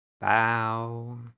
bow